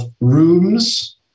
rooms